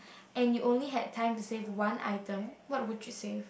and you only had time to save one item what would you save